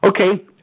Okay